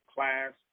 Class